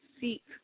seek